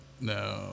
No